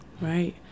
right